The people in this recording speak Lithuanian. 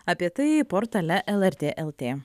apie tai portale lrt lt